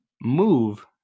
move